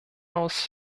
aus